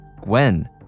Gwen